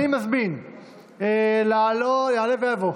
יעלה ויבוא,